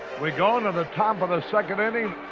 we go into the top of the second inning,